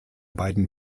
beiden